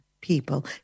people